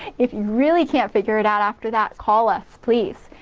if you really can't figure it out after that, call us, please,